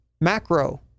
macro